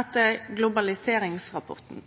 om globaliseringsrapporten.